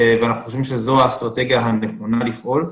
אנחנו חושבים שזו האסטרטגיה הנכונה לפעול.